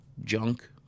junk